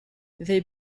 they